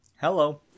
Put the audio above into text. Hello